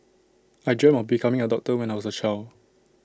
I dreamt of becoming A doctor when I was A child